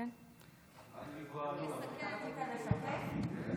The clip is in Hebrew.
כבר התחילה ההצבעה.